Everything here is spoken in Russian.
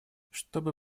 чтобы